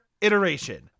iteration